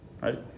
Right